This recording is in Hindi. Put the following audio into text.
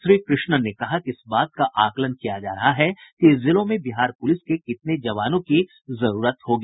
श्री कृष्णन ने कहा कि इस बात का आकलन किया जा रहा है कि जिलों में बिहार पुलिस के कितने जवानों की जरूरत होगी